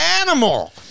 animal